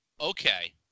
Okay